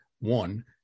one